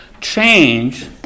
Change